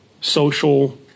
social